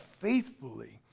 faithfully